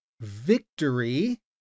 victory